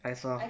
I saw